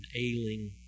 ailing